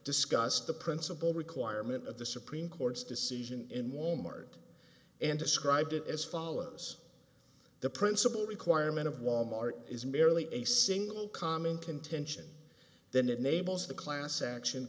discussed the principle requirement of the supreme court's decision in walmart and described it as follows the principle requirement of wal mart is merely a single common contention that enables the class action